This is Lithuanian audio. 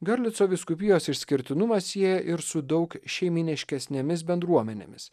giorlico vyskupijos išskirtinumą sieja ir su daug šeiminiškesnėmis bendruomenėmis